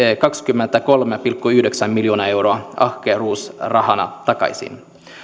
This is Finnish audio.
kaksikymmentäkolme pilkku yhdeksän miljoonaa euroa ahkeruusrahana takaisin